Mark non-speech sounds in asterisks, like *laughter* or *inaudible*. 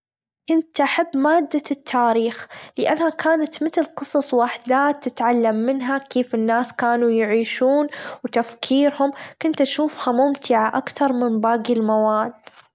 *noise* كنت أحب مادة التاريخ لأنها كانت متل قصص وحدات تتعلم منها كيف الناس كيف يعيشون وتفكيرهم كنت أشوفها ممتعه أكتر من باجي المواد.